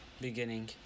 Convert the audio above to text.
Beginning